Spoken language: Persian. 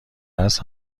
است